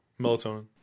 melatonin